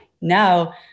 now